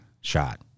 shot